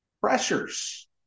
pressures